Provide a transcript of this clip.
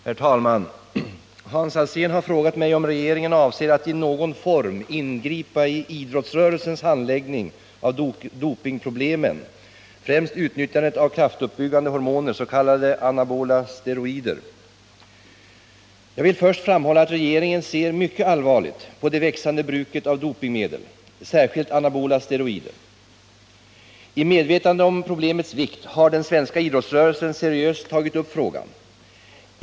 Herr talman! Hans Alsén har frågat mig om regeringen avser att i någon form ingripa i idrottsrörelsens handläggning av dopingproblemen — främst nyttjandet av kraftuppbyggande hormoner, s.k. anabola steroider. Jag vill först framhålla att regeringen ser mycket allvarligt på det växande bruket av dopingmedel, särskilt anabola steroider. I medvetande om problemets vikt har den svenska idrottsrörelsen seriöst tagit upp frågan.